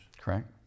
Correct